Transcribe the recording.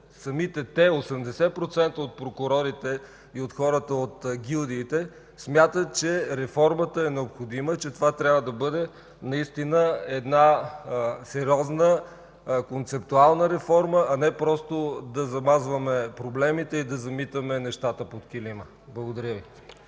Самите те – 80% от прокурорите и хората от гилдиите – смятат, че реформата е необходима, че това трябва да бъде една сериозна концептуална реформа, а не просто да замазваме проблемите и да замитаме нещата под килима. Благодаря.